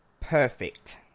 perfect